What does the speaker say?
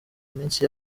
minsi